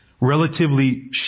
relatively